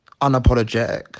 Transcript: unapologetic